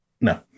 No